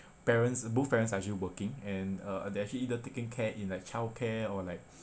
parents both parents are actually working and uh they're actually either taken care in like childcare or like